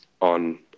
on